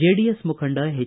JDS ಮುಖಂಡ H